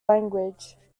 language